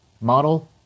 model